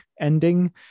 ending